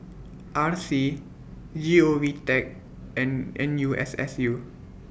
R C Govtech and N U S S U